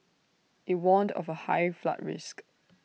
IT warned of A high flood risk